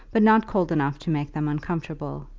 but not cold enough to make them uncomfortable.